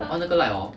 uh